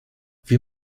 wir